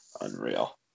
Unreal